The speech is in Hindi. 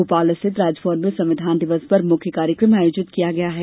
भोपाल रिथित राजभवन में संविधान दिवस पर मुख्य कार्यक्रम आयोजित किया गया है